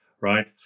right